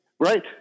Right